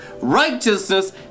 Righteousness